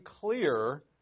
clear